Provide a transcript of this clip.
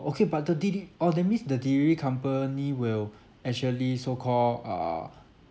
okay but the d~ d~ oh that means the dairy company will actually so called uh